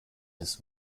des